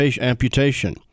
amputation